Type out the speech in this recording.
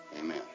Amen